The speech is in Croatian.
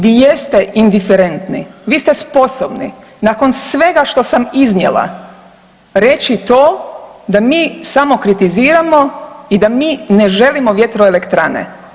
Vi jeste indiferentni, vi ste sposobni nakon svega što sam iznijela reći to da mi samo kritiziramo i da mi ne želimo vjetroelektrane.